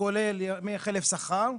כולל ימי חלף שכר,